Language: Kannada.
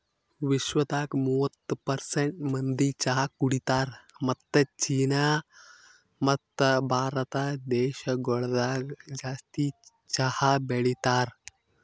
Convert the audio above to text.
ವಿಶ್ವದಾಗ್ ಮೂವತ್ತು ಪರ್ಸೆಂಟ್ ಮಂದಿ ಚಹಾ ಕುಡಿತಾರ್ ಮತ್ತ ಚೀನಾ ಮತ್ತ ಭಾರತ ದೇಶಗೊಳ್ದಾಗ್ ಜಾಸ್ತಿ ಚಹಾ ಬೆಳಿತಾರ್